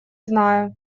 знаю